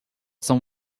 some